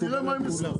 אבל תראה מה ינסחו.